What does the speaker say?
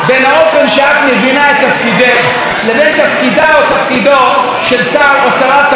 לבין תפקידה או תפקידו של שר או שרת תרבות במדינה נאורה,